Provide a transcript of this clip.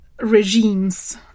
regimes